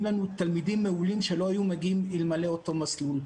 לנו תלמידים מעולים שלא היו מגיעים אלמלא אותם מסלולים.